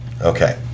Okay